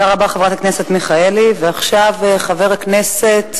תודה רבה לחברת הכנסת מיכאלי, ועכשיו חבר הכנסת